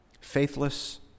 faithless